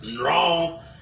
Wrong